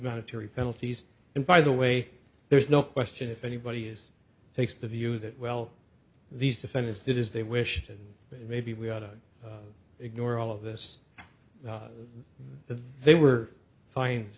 monetary penalties and by the way there is no question if anybody is takes the view that well these defendants did is they wished and maybe we ought to ignore all of this they were fine